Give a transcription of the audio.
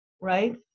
Right